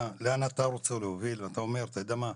לאן אתה רוצה להוביל אתה אומר "אתה יודע מה,